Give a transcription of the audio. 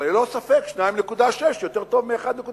אבל ללא ספק 2.6% יותר טוב מ-1.7%.